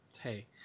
Hey